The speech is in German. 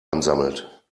ansammelt